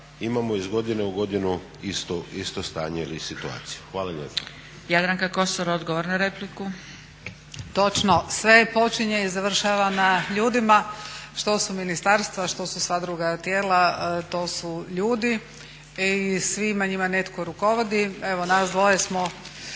imamo iz godine u godinu isto stanje ili situaciju. Hvala lijepa.